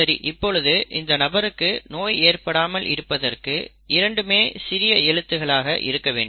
சரி இப்பொழுது இந்த நபருக்கு நோய் ஏற்படாமல் இருப்பதற்கு இரண்டுமே சிறிய எழுத்தாக இருக்க வேண்டும்